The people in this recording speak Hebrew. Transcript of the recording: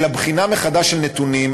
אלא בחינה מחדש של נתונים,